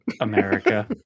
America